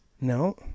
No